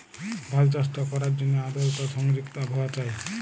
ধাল চাষট ক্যরার জ্যনহে আদরতা সংযুক্ত আবহাওয়া চাই